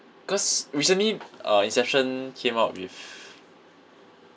cause recently uh inception came out with